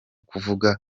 kuvuga